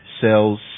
sells